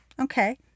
okay